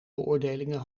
beoordelingen